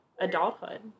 adulthood